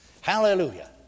Hallelujah